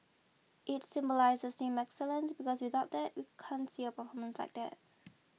it symbolises team excellence because without that you can't see a performance like that